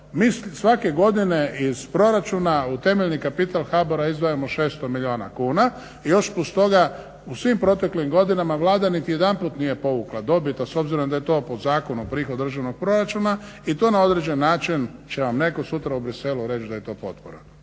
mi svake godine iz proračuna u temeljni kapital HBOR-a izdvajamo 600 milijuna kuna i još plus toga u svim proteklim godinama Vlada niti jedanputa nije povukla dobit, a s obzirom da je to po zakonu prihod državnog proračuna i to na određen način će vam netko sutra u Bruxellesu reći da je to potpora,